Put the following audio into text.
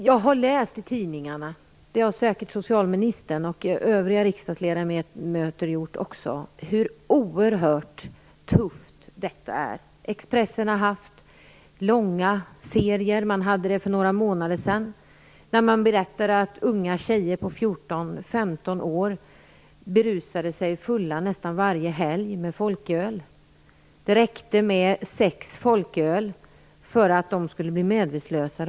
Jag har, liksom säkert också socialministern och övriga riksdagsledamöter, läst i tidningarna om hur oerhört tufft detta är. Expressen har haft långa artikelserier, för några månader sedan, där man berättat att unga tjejer på 14-15 år berusar sig fulla nästan varje helg med folköl. Det räcker med sex folköl för att de här unga tjejerna skall bli medvetslösa.